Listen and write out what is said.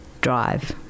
drive